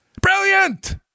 Brilliant